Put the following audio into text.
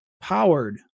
powered